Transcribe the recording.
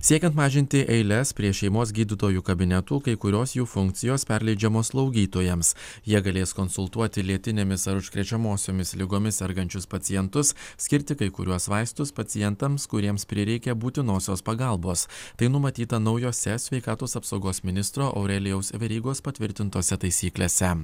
siekiant mažinti eiles prie šeimos gydytojų kabinetų kai kurios jų funkcijos perleidžiamos slaugytojams jie galės konsultuoti lėtinėmis ar užkrečiamosiomis ligomis sergančius pacientus skirti kai kuriuos vaistus pacientams kuriems prireikia būtinosios pagalbos tai numatyta naujose sveikatos apsaugos ministro aurelijaus verygos patvirtintose taisyklėse